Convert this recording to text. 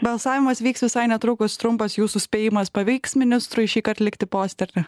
balsavimas vyks visai netrukus trumpas jūsų spėjimas pavyks ministrui šįkart likti poste ar ne